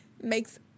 makes